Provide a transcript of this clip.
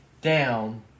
down